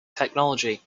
technology